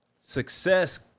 success